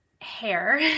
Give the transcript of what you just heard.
hair